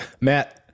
Matt